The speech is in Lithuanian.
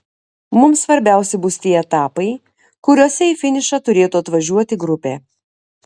mums svarbiausi bus tie etapai kuriuose į finišą turėtų atvažiuoti grupė